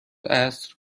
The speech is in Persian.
عصر